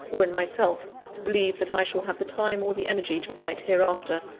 or in myself to believe that i shall have the time or the energy to write hereafter,